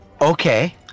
Okay